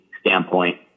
standpoint